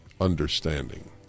understanding